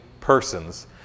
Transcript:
persons